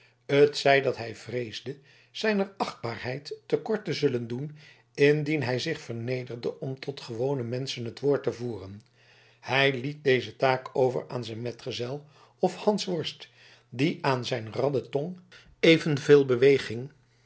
t zij dat hij vreesde zijner achtbaarheid te kort te zullen doen indien hij zich vernederde om tot gewone menschen het woord te voeren hij liet deze taak over aan zijn metgezel of hansworst die aan zijn radde tong evenveel beweging